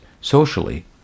socially